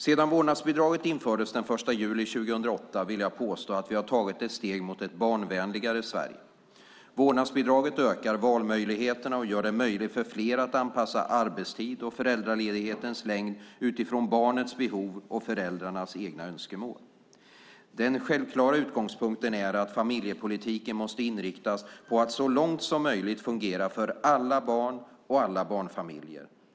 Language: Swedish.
Sedan vårdnadsbidraget infördes den 1 juli 2008 vill jag påstå att vi har tagit ett steg mot ett barnvänligare Sverige. Vårdnadsbidraget ökar valmöjligheterna och gör det möjligt för fler att anpassa arbetstid och föräldraledighetens längd utifrån barnets behov och föräldrarnas egna önskemål. Den självklara utgångspunkten är att familjepolitiken måste inriktas på att så långt som möjligt fungera för alla barn och alla barnfamiljer.